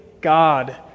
God